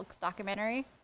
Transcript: documentary